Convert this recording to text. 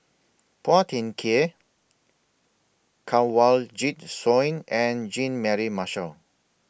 Phua Thin Kiay Kanwaljit Soin and Jean Mary Marshall